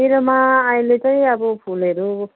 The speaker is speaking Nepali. मेरोमा अहिलेचाहिँ अब फुलहरू